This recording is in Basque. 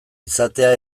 izatea